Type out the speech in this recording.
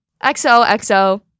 XOXO